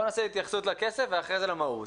בואו נתייחס לכסף ואחר כך למהות.